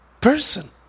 person